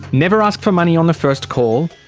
never ask for money on the first call.